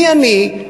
מי אני,